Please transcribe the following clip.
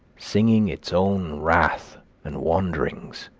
singing its own wrath and wanderings.